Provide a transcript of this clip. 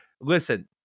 listen